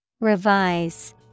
Revise